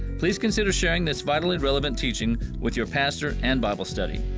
please consider sharing this vitally relevant teaching with your pastor and bible study.